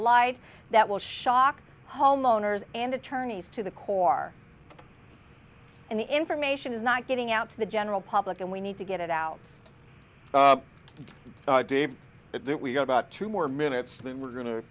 light that will shock homeowners and attorneys to the core and the information is not getting out to the general public and we need to get it out and dave it we've got about two more minutes then we're go